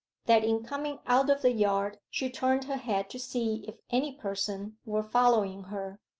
that in coming out of the yard she turned her head to see if any person were following her,